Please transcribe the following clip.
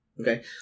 Okay